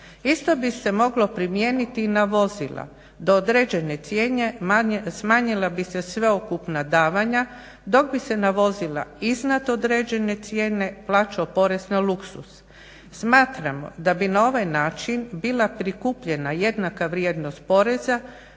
Isto bi se moglo primijeniti i na vozila, do određene cijene smanjila bi se sveukupna davanja, dok bi se na vozila iznad određene cijene plaćao porez na luksuz. Smatramo da bi na ovaj način bila prikupljena jednaka vrijednost poreza,